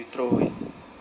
you throw away